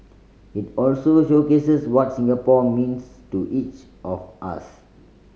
it also showcases what Singapore means to each of us